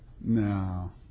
No